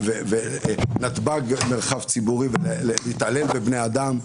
- נתב"ג מרחב ציבורי - ולהתעלל בבני אדם?